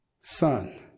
son